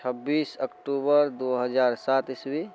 छब्बीस अक्टूबर दू हजार सात ईस्वी